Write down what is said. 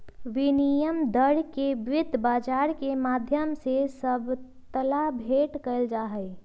विनिमय दर के वित्त बाजार के माध्यम से सबलता भेंट कइल जाहई